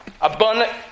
Abundant